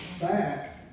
back